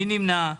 מי נמנע?